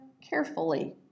carefully